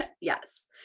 yes